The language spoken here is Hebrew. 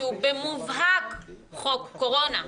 שהוא במובהק חוק קורונה,